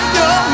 no